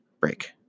break